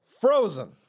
Frozen